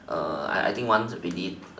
uh I I think once believes